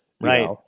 Right